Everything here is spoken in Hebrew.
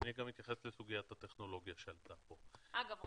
אני גם אתייחס לסוגיית הטכנולוגיה שעלתה פה -- אגב,